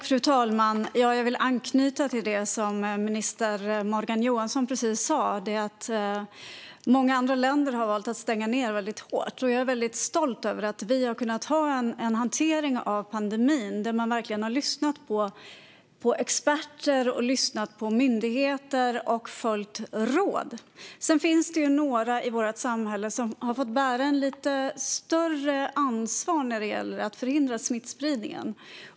Fru talman! Jag vill anknyta till det som minister Morgan Johansson precis sa om att många andra länder har valt att stänga ned väldigt hårt. Jag är stolt över att vi kunnat ha en hantering av pandemin där man verkligen har lyssnat på experter, lyssnat på myndigheter och följt råd. Sedan finns det vissa i vårt samhälle som har fått bära ett lite större ansvar för att förhindra smittspridningen.